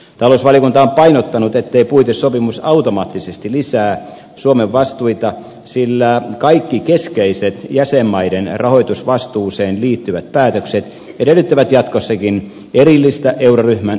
talousvaliokunta on painottanut ettei puitesopimus automaattisesti lisää suomen vastuita sillä kaikki keskeiset jäsenmaiden rahoitusvastuuseen liittyvät päätökset edellyttävät jatkossakin erillistä euroryhmän yksimielistä päätöstä